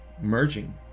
merging